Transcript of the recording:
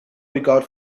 regard